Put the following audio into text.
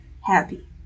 happy